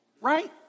right